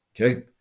Okay